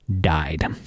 died